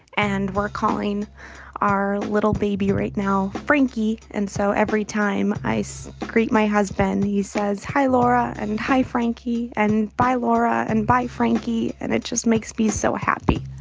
and we're calling our little baby right now frankie. and so every time i so greet my husband he says, hi, laura, and hi, frankie and bye, laura, and bye, frankie. and it just makes me so happy.